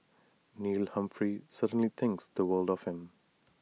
Neil Humphrey certainly thinks the world of him